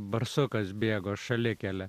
barsukas bėgo šalikele